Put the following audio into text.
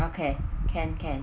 okay can can